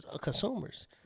consumers